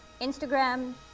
Instagram